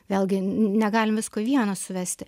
vėlgi ne negalim visko į vieną suvesti